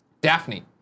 Daphne